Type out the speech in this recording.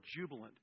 jubilant